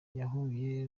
yahuye